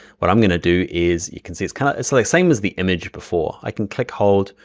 what i'm going to do is you can see it's kind of it's the like same as the image before i can click hold.